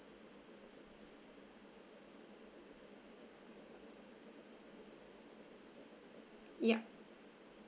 yup